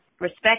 Respect